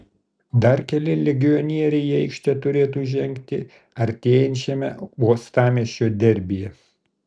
dar keli legionieriai į aikštę turėtų žengti artėjančiame uostamiesčio derbyje